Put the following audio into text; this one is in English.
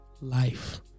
life